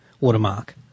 Watermark